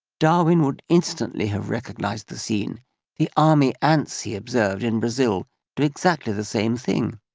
darwin would instantly have recognised the scene the army ants he observed in brazil do exactly the same thing.